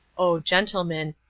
oh, gentlemen,